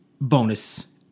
bonus